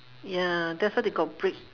ya that's why they got break